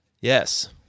Yes